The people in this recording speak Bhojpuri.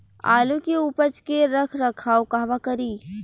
आलू के उपज के रख रखाव कहवा करी?